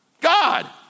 God